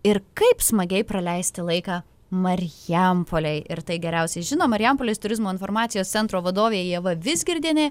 ir kaip smagiai praleisti laiką marijampolėj ir tai geriausiai žino marijampolės turizmo informacijos centro vadovė ieva vizgirdienė